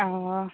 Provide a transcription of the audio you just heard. অঁ